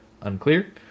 Unclear